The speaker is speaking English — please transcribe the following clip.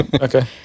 Okay